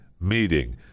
meeting